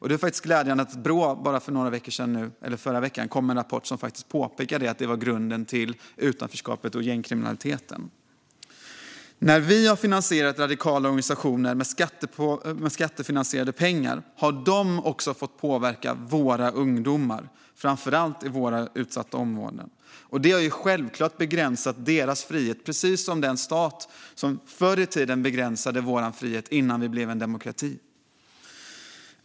Det är glädjande att Brå förra veckan kom med en rapport där man påpekar att detta är grunden till utanförskapet och gängkriminaliteten. När vi har finansierat radikala organisationer med skattepengar har de också fått påverka våra ungdomar, framför allt i våra utsatta områden. Detta har självklart begränsat deras frihet, precis som den stat som förr i tiden - innan Sverige blev en demokrati - begränsade människors frihet.